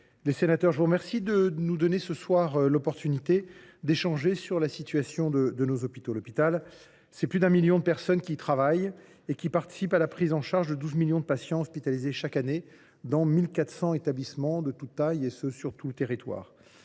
les sénateurs, je vous remercie de nous donner l’opportunité d’échanger sur la situation de nos hôpitaux. À l’hôpital travaillent plus d’un million de personnes, qui participent à la prise en charge de 12 millions de patients hospitalisés chaque année, dans 1 400 établissements de toute taille, sur tout le territoire.